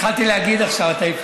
בתשעה באב אתה לא מדבר בכזה צער.